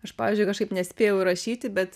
aš pavyzdžiui kažkaip nespėjau įrašyti bet